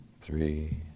three